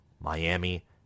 Miami